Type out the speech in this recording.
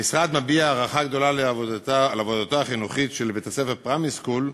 המשרד מביע הערכה גדולה לעבודתו החינוכית של בית-הספר "פרומיס סקול",